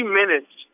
minutes